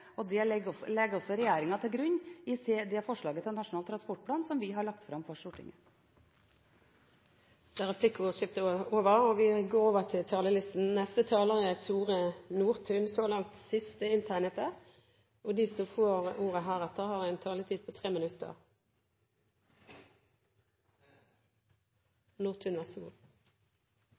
Det legger også regjeringen til grunn i det forslaget til Nasjonal transportplan som vi har lagt fram for Stortinget. Replikkordskiftet er dermed over. De talere som heretter får ordet, har en taletid på inntil 3 minutter. Det er en forhåndsinnkreving vi behandler i dag, men den saken regjeringen nå legger fram, er virkelig en